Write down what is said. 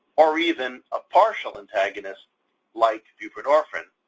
or even a partial antagonist like buprenorphine,